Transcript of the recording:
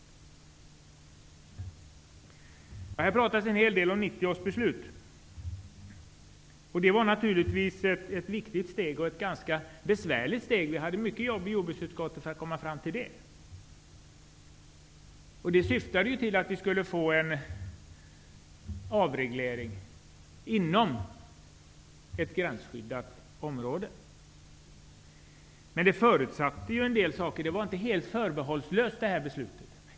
Det har här talats en hel del om 1990 års beslut, och det var ett viktigt och ganska besvärligt steg. Vi hade i jordbruksutskottet ganska mycket arbete för att komma fram till det. Det syftade till en avreglering inom ett gränsskyddat område. Men beslutet var inte helt förbehållslöst.